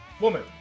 Woman